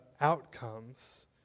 outcomes